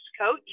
coach